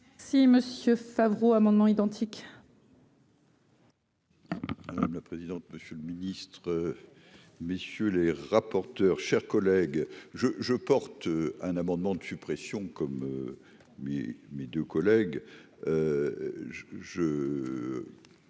Si Monsieur Favreau amendements identiques. Madame la présidente, monsieur le ministre, messieurs les rapporteurs, chers collègues, je je porte un amendement de suppression comme mais mes 2 collègues,